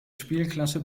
spielklasse